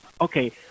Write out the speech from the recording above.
okay